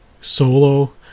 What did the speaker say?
Solo